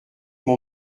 mon